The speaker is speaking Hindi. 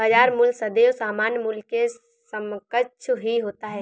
बाजार मूल्य सदैव सामान्य मूल्य के समकक्ष ही होता है